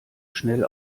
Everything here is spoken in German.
schnell